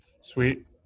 sweet